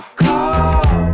call